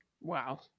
Wow